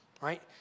right